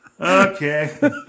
Okay